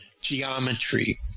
geometry